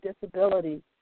disabilities